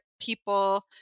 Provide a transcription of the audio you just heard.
people